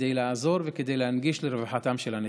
כדי לעזור וכדי להנגיש לרווחתם של הנכים.